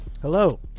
Hello